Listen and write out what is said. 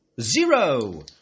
Zero